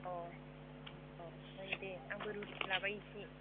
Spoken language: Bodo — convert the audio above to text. अह अह ओमफ्राय दे आंबो रुटि लाबाय एसे